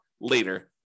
later